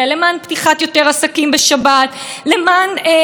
שמפחית את כוחה של הכנסת להשפיע על התקציב הממשלתי.